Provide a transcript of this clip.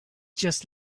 just